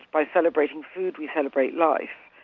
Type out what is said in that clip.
by celebrating food, we celebrate life.